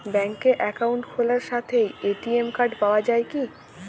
ব্যাঙ্কে অ্যাকাউন্ট খোলার সাথেই এ.টি.এম কার্ড পাওয়া যায় কি?